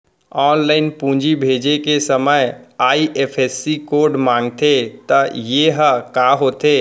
Online पूंजी भेजे के समय आई.एफ.एस.सी कोड माँगथे त ये ह का होथे?